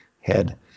head